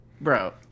Bro